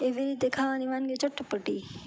એવી રીતે ખાવાની વાનગી ચટપટી